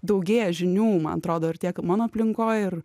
daugėja žinių man atrodo ir tiek mano aplinkoj ir